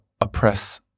oppress